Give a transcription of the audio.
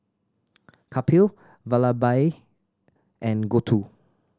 Kapil Vallabhbhai and Gouthu